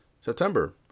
September